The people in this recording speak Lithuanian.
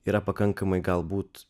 yra pakankamai galbūt